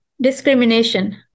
Discrimination